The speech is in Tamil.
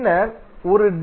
பின்னர் ஒரு டி